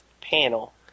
panel